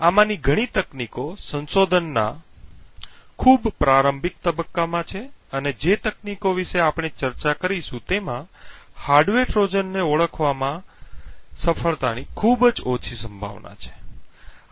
આમાંની ઘણી તકનીકો સંશોધનના ખૂબ પ્રારંભિક તબક્કામાં છે અને જે તકનીકો વિશે આપણે ચર્ચા કરીશું તેમાં હાર્ડવેર ટ્રોજનને ઓળખવામાં સફળતાની ખૂબ જ ઓછી સંભાવના છે